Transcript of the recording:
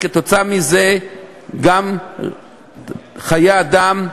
וכתוצאה מזה גם חיי אדם,